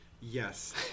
Yes